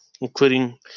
including